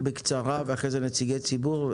בקצרה, ואת נציגי הציבור.